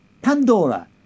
Pandora